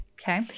Okay